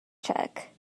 check